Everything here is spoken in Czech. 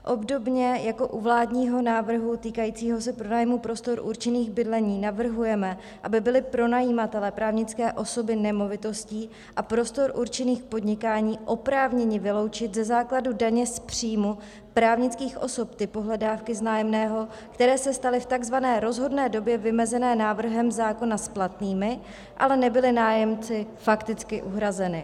Obdobně jako u vládního návrhu týkajícího se pronájmu prostor určených k bydlení navrhujeme, aby byli pronajímatelé právnické osoby nemovitostí a prostor určených k podnikání oprávněni vyloučit ze základu daně z příjmu právnických osob ty pohledávky z nájemného, které se staly v tzv. rozhodné době vymezené návrhem zákona splatnými, ale nebyli nájemci fakticky uhrazeny.